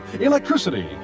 Electricity